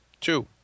Two